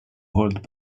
hold